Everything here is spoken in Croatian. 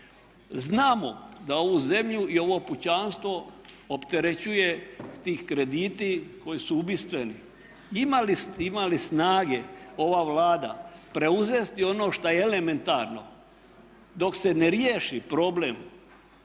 Znamo da ovu zemlju i ovo pučanstvo opterećuju ti krediti koji su ubistveni. Ima li snage ova Vlada preuzeti ono što je elementarno dok se ne riješi problem